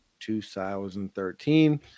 2013